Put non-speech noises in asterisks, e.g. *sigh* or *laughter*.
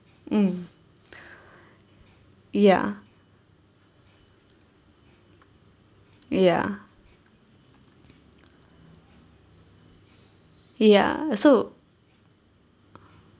mm *breath* ya ya ya so